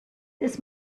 this